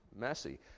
messy